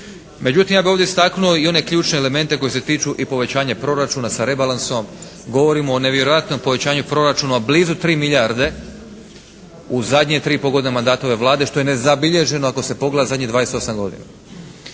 Međutim ja bih ovdje istaknuo i one ključne elemente koji se tiču i povećanja proračuna sa rebalansom. Govorimo o nevjerojatnom povećanju proračuna od blizu 3 milijarde u zadnje 3 i pol godine mandata ove Vlade što je nezabilježeno ako se pogleda zadnjih 28 godina.